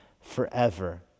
forever